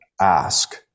ask